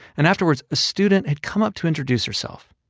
and afterwards, a student had come up to introduce herself.